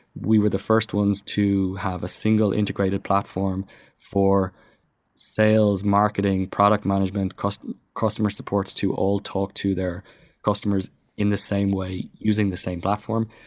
we were the first ones to have a single integrated platform for sales, marketing, product management, customer customer supports to all talk to their customers in the same way using the same platform.